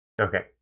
Okay